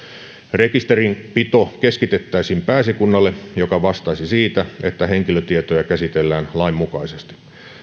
rekisterinpito keskitettäisiin pääesikunnalle joka vastaisi siitä että henkilötietoja käsitellään lainmukaisesti